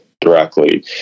directly